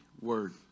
word